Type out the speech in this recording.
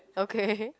okay